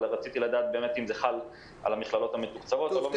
אבל רציתי לדעת אם זה חל על המכללות המתוקצבות או הלא מתוקצבות.